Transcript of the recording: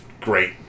great